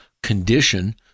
Condition